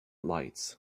lights